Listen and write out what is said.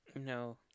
No